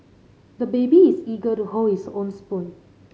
the baby is eager to hold his own spoon